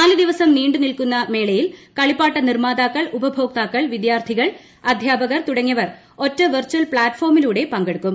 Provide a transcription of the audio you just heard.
നാല് ദിവസം നീണ്ടു നിൽക്കുന്ന മേളയിൽ കളിപ്പാട്ട നിർമാതാക്കൾ ഉപഭോക്താക്കൾ വിദ്യാർത്ഥികൾ അധ്യാപ കർ തുടങ്ങിയവർ ഒറ്റ വിർച്ചൽ പ്ലാറ്റ്ഫോമിലൂടെ പങ്കെടുക്കും